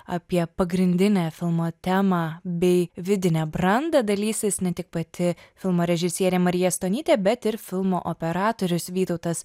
apie pagrindinę filmo temą bei vidinę brandą dalysis ne tik pati filmo režisierė marija stonytė bet ir filmo operatorius vytautas